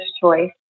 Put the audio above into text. choice